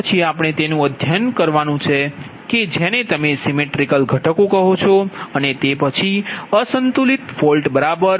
તે પછી આપણે તેનુ અધ્યયન કરવાનું છે કે જેને તમે symmetrical components સિમેટ્રિકલ ઘટકો કહો છો અને તે પછી અસંતુલિત ફોલ્ટ બરાબર